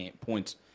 points